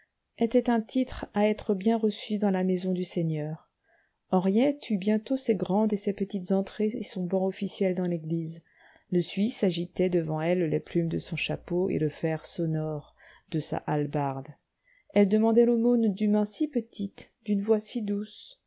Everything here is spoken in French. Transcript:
était un titre à être bien reçu dans la maison du seigneur henriette eut bientôt ses grandes et ses petites entrées et son banc officiel dans l'église le suisse agitait devant elle les plumes de son chapeau et le fer sonore de sa hallebarde elle demandait l'aumône d'une main si petite d'une voix si douce